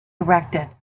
erected